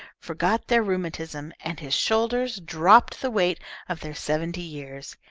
forgot their rheumatism, and his shoulders dropped the weight of their seventy years.